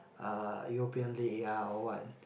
uh European league ah or what